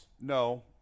No